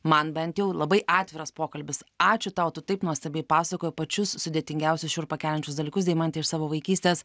man bent jau labai atviras pokalbis ačiū tau tu taip nuostabiai pasakoji pačius sudėtingiausius šiurpą keliančius dalykus deimante iš savo vaikystės